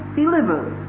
delivers